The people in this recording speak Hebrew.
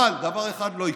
אבל דבר אחד לא יקרה,